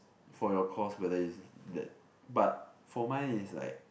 for your course but there is that but for mine is like